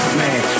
man